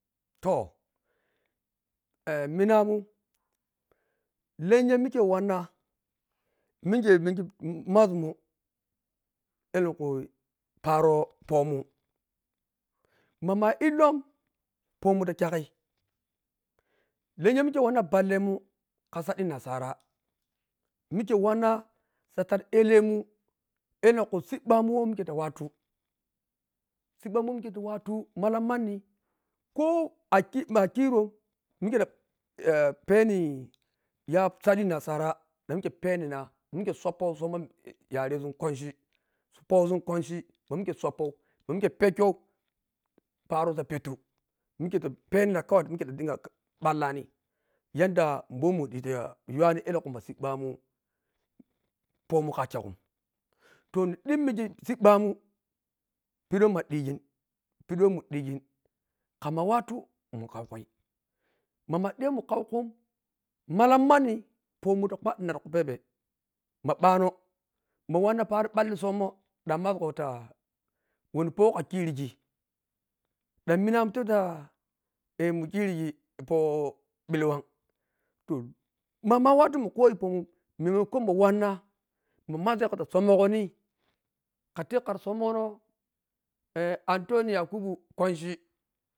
To “ahh” munamun lanyha mikhe masmun ellenkhu parophomun mama iilom phomon takyagi negya mikhe wanna ballemin khasaghi wanna bal-emun kgasadhi nasara mikhe wanna ta sadhi ellemun ellenkhu sibɓa mun wah mikhe mihke t watu sibbamun wah mikhe ta watu phallan manni lho akhi ma a khirom mikhe ah-ah ta peni saghe nasara dhank mikhe penia ma mikhe suppo summoh yaresunkwanchi phodun ma mikhe ta penina kawai dhan mikhe dinga bwallani yanda bwomi mundhe ta yhiwani penna ellenkhu ma siɓɓmunphomun khakyguhm to nhi dhemmigi dhigin pedhi wah mudhigin khamma pedhi wah muddhigin khamma watu man khau khail mahma dhiya man khaukhani mahlma mahlam manni phomun ta gbwadhina ti kuphebe ma bwanho ma wanna penhi ball summah dhakmasgha tawanni phoh wah khakhirigi dhamminamun tapteh ah munkhirigi pho-pho bilwa wo mama watan mankhoyi phomun menamkon mawanna ma mazagha ta summon gohlnhi khateh kha summohaho eeh anthony yakubu kwanchi.